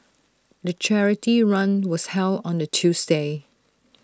the charity run was held on A Tuesday